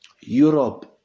Europe